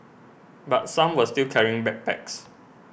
but some were still carrying backpacks